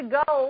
go